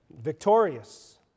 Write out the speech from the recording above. Victorious